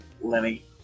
Lenny